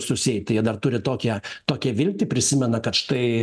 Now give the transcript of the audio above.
susieit tai jie dar turi tokią tokią viltį prisimena kad štai